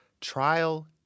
Trial